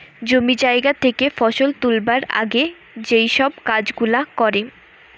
জমি জায়গা থেকে ফসল তুলবার আগে যেই সব কাজ গুলা করে